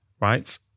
right